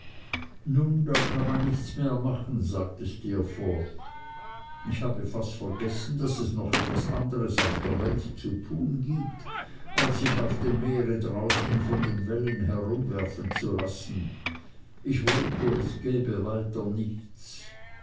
nun dann kann man nichts mehr machen sagte steerforth ich habe fast vergessen daß es noch etwas anderes auf der welt zu tun gibt als sich auf dem meer draußen von den wellen herumwerfen zu lassen ich wollte es gäbe weiter nichts